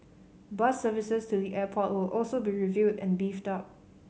bus services to the airport will also be reviewed and beefed up